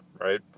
right